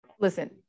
Listen